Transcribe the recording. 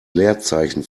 leerzeichen